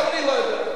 גם אני לא יודע.